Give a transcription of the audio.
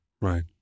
Right